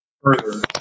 further